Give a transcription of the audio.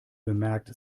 bemerkt